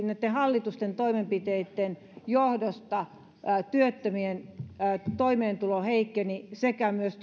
näitten hallituksen toimenpiteitten johdosta työttömien toimeentulo heikkeni sekä myös